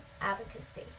advocacy